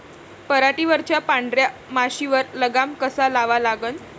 पराटीवरच्या पांढऱ्या माशीवर लगाम कसा लावा लागन?